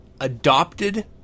adopted